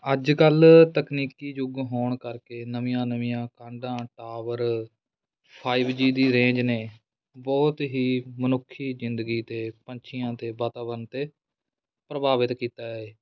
ਅੱਜ ਕੱਲ੍ਹ ਤਕਨੀਕੀ ਯੁੱਗ ਹੋਣ ਕਰਕੇ ਨਵੀਆਂ ਨਵੀਆਂ ਕਾਢਾਂ ਟਾਵਰ ਫਾਈਵ ਜੀ ਦੀ ਰੇਂਜ ਨੇ ਬਹੁਤ ਹੀ ਮਨੁੱਖੀ ਜ਼ਿੰਦਗੀ 'ਤੇ ਪੰਛੀਆਂ 'ਤੇ ਵਾਤਾਵਰਨ 'ਤੇ ਪ੍ਰਭਾਵਿਤ ਕੀਤਾ ਏ